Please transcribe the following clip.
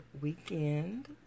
weekend